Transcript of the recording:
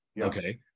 Okay